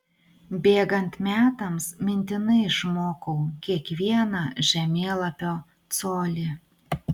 bėgant metams mintinai išmokau kiekvieną žemėlapio colį